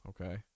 Okay